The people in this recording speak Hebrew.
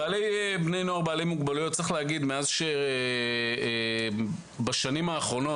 לגבי בני נוער בעלי מוגבלויות - בשנים האחרונות